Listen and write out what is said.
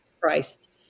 Christ